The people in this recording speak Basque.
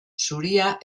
zuria